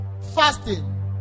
fasting